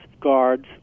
guards